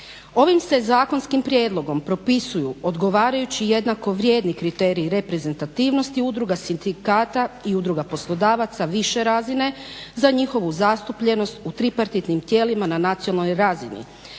Ovim se zakonskim prijedlogom propisuju odgovarajući jednako vrijedni kriteriji reprezentativnosti udruga, sindikata i udruga poslodavaca više razine za njihovu zastupljenost u tripartitnim tijelima na nacionalnoj razini